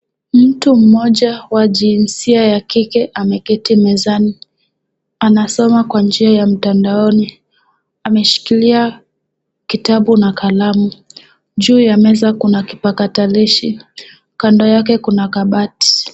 Mtu mmoja wa jinsia ya kike ameketi mezani. Anasoma kwa njia ya mtandaoni. Ameshikilia kitabu na kalamu. Juu ya meza kuna kipakatalishi. Kando yake kuna kabati.